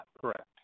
Correct